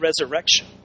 resurrection